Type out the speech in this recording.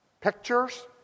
pictures